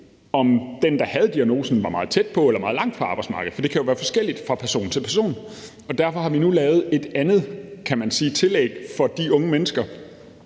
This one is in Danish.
om den, der havde diagnosen, var meget tæt på eller var meget langt fra arbejdsmarkedet. Det kan jo være forskelligt fra person til person. Derfor har vi nu lavet et andet tillæg for de unge mennesker,